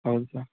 ಹೌದು ಸರ್